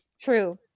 True